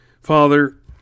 Father